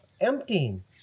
emptying